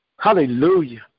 Hallelujah